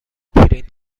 پرینت